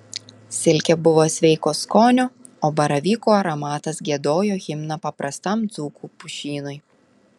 silkė buvo sveiko skonio o baravykų aromatas giedojo himną paprastam dzūkų pušynui